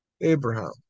Abraham